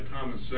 Thomas